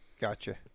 Gotcha